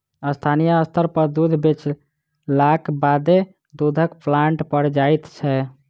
स्थानीय स्तर पर दूध बेचलाक बादे दूधक प्लांट पर जाइत छै